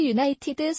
United